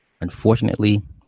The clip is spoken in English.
Unfortunately